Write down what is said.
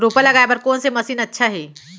रोपा लगाय बर कोन से मशीन अच्छा हे?